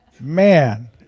Man